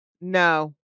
No